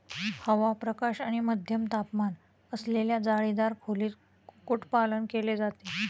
हवा, प्रकाश आणि मध्यम तापमान असलेल्या जाळीदार खोलीत कुक्कुटपालन केले जाते